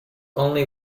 only